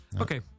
Okay